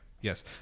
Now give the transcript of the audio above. yes